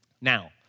Now